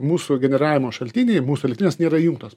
mūsų generavimo šaltiniai mūsų elektrinės nėra jungtos